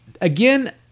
Again